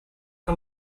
que